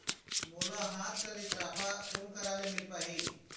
मोला हाथ चलित राफा कोन करा ले मिल पाही?